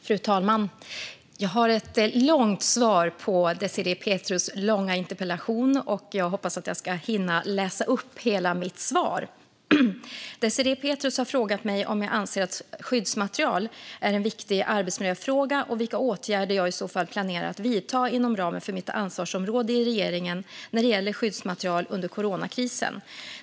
Fru talman! Jag har ett långt svar på Désirée Pethrus långa interpellation, och jag hoppas att jag ska hinna med hela mitt svar. Désirée Pethrus har frågat mig om jag anser att skyddsmaterial är en viktig arbetsmiljöfråga och vilka åtgärder jag i så fall planerar att vidta inom ramen för mitt ansvarsområde i regeringen när det gäller skyddsmaterial under coronakrisen.